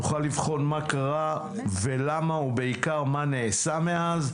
נוכל לבחון מה קרה ולמה, ובעיקר מה נעשה מאז.